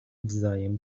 wzajem